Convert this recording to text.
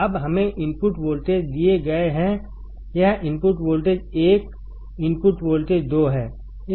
अब हमें input voltage दिए गए हैंयह इनपुट वोल्टेज 1 इनपुट वोल्टेज 2 है